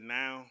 now